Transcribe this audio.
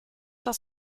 das